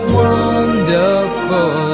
wonderful